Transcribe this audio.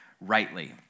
rightly